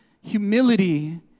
humility